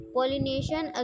Pollination